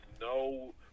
no